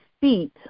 feet